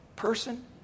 person